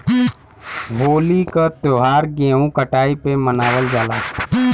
होली क त्यौहार गेंहू कटाई पे मनावल जाला